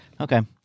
Okay